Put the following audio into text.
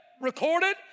recorded